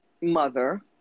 mother